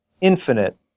infinite